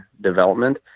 development